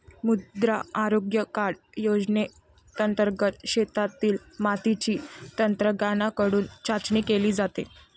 मृदा आरोग्य कार्ड योजनेंतर्गत शेतातील मातीची तज्ज्ञांकडून चाचणी केली जाते